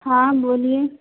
हाँ बोलिए